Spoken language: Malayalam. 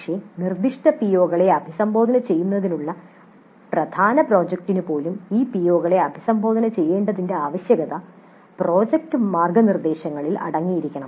പക്ഷേ നിർദ്ദിഷ്ട പിഒകളെ അഭിസംബോധന ചെയ്യുന്നതിനുള്ള പ്രധാന പ്രോജക്റ്റിന് പോലും ഈ പിഒകളെ അഭിസംബോധന ചെയ്യേണ്ടതിന്റെ ആവശ്യകത പ്രോജക്റ്റ് മാർഗ്ഗനിർദ്ദേശങ്ങളിൽ അടങ്ങിയിരിക്കണം